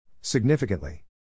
Significantly